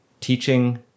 teaching